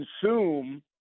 consume